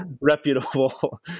reputable